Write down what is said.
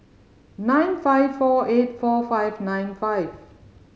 nine five four eight four five nine five